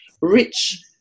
Rich